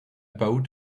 boat